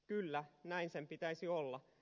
kyllä näin sen pitäisi olla